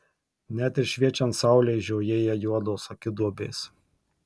net ir šviečiant saulei žiojėja juodos akiduobės